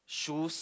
shoes